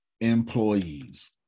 employees